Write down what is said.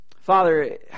Father